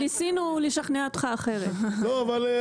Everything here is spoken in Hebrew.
ניסינו לשכנע אותך אחרת, לא הצלחנו.